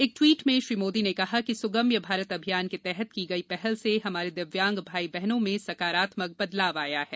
एक ट्वीट मेंए श्री मोदी ने कहा कि स्गम्य भारत अभियान के तहत की गई पहल से हमारे दिव्यांग भाई बहनों में सकारात्मक बदलाव आया है